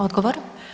Odgovor.